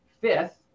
fifth